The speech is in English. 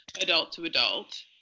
adult-to-adult